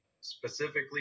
specifically